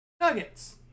Nuggets